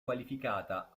qualificata